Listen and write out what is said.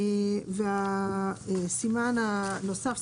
והסימן הנוסף,